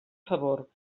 favor